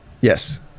Yes